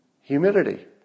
Humidity